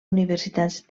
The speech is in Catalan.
universitats